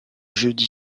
jeudi